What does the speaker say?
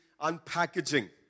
unpackaging